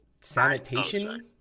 sanitation